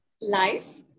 life